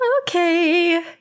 Okay